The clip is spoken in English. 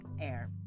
air